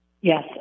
Yes